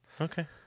Okay